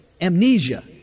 Amnesia